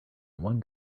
one